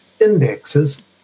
indexes